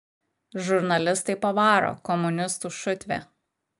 žurnalistai pavaro komunistų šutvė